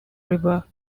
river